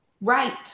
right